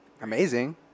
amazing